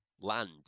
land